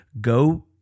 Go